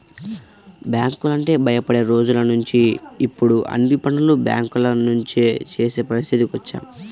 బ్యాంకులంటే భయపడే రోజులనుంచి ఇప్పుడు అన్ని పనులు బ్యేంకుల నుంచే చేసే పరిస్థితికి వచ్చాం